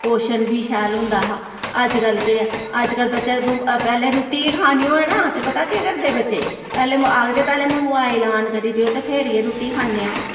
पोशन बी शैल होंदा हा अजकल्ल केह् ऐ अजकल्ल बच्चा पैह्ले रुट्टी गै खानी होऐ ना ते पता केह् करदे बच्चे पैह्ले आखदे पैह्ले मोबाइल आन करी देओ ते फिर गै रुट्टी खन्नेआं